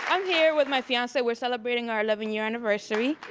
i'm here with my fiance. we're celebrating our eleven year anniversary.